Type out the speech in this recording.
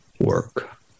work